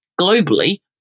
globally